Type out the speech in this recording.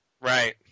right